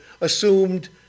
assumed